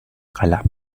قلم